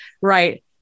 right